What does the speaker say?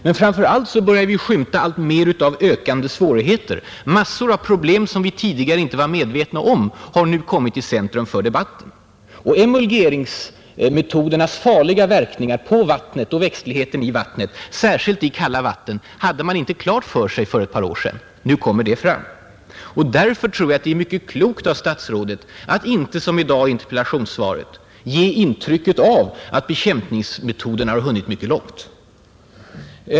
Men framför allt börjar vi skymta alltmer av ökande svårigheter. Flera problem som vi tidigare inte var medvetna om har nu kommit i centrum för debatten. Emulgeringsmetodernas farliga verkningar på vattnet och växtligheten i vattnet, särskilt i kalla vatten, hade man inte klart för sig för ett par år sedan. Nu kommer de synpunkterna fram. Därför tror jag att det vore mycket klokt av statsrådet att inte som i dag i interpellationssvaret ge intryck av att bekämpningsmetoderna har hunnit mycket långt.